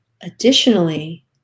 Additionally